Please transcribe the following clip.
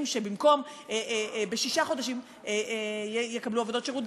שבמקום שבשישה חודשים הם יקבלו עבודות שירות,